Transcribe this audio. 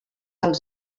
als